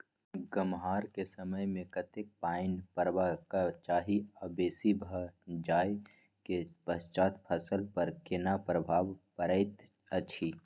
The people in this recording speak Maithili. गम्हरा के समय मे कतेक पायन परबाक चाही आ बेसी भ जाय के पश्चात फसल पर केना प्रभाव परैत अछि?